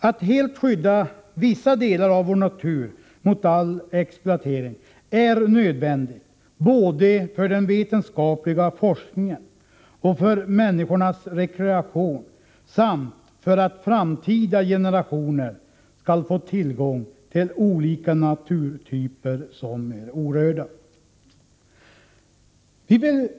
Att skydda vissa delar av vår natur mot all exploatering är nödvändigt både för den vetenskapliga forskningen och för människornas rekreation samt för att framtida generationer skall få tillgång till olika naturtyper som är orörda.